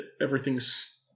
everything's